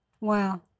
Wow